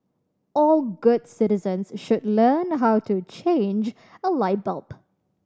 all good citizens should learn how to change a light bulb